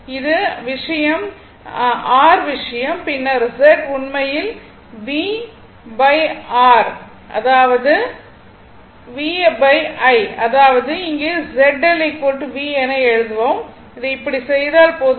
இது r விஷயம் பின்னர் Z உண்மையில் r அதாவது இங்கு Z L V என வைக்கவும் இதை இப்படி செய்தால் போதும்